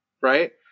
right